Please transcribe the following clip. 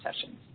sessions